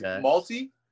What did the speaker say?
Multi